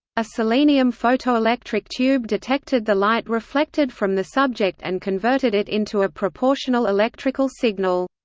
a selenium photoelectric tube detected the light reflected from the subject and converted it into a proportional electrical signal.